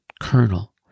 Colonel